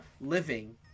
living